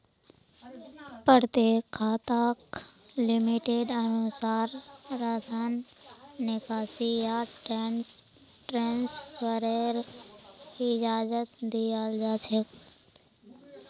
प्रत्येक खाताक लिमिटेर अनुसा र धन निकासी या ट्रान्स्फरेर इजाजत दीयाल जा छेक